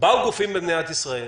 באו גופים במדינת ישראל,